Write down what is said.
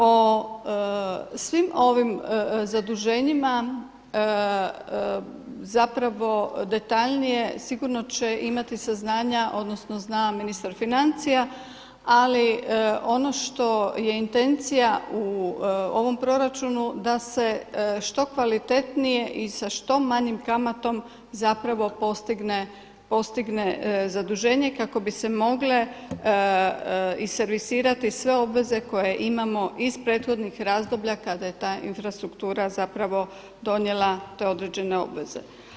O svim ovim zaduženjima zapravo detaljnije sigurno će imati saznanja, odnosno zna ministar financija ali ono što je intencija u ovom proračunu da se što kvalitetnije i sa što manjom kamatom zapravo postigne zaduženje kako bi se mogle i servisirati sve obveze koje imamo iz prethodnih razdoblja kada je ta infrastruktura zapravo donijela te određene obveze.